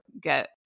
get